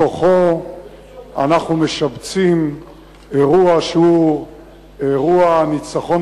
בתוכו אנחנו משבצים אירוע שהוא אירוע הניצחון